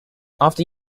after